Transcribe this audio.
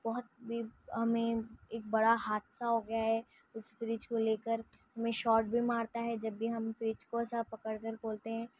بہت بھی ہمیں ایک بڑا حادثہ ہو گیا ہے اس فریج کو لے کر ہمیں شاٹ بھی مارتا ہے جب بھی ہم فریج کو ایسا پکڑ کر کھولتے ہیں